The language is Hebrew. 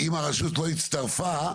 אם הרשות לא הצטרפה,